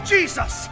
Jesus